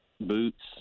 boots